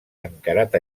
encarat